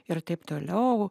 ir taip toliau